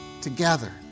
together